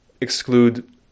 exclude